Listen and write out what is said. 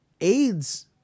AIDS